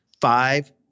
five